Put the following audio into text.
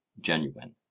genuine